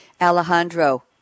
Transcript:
Alejandro